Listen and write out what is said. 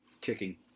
kicking